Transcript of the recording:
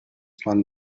man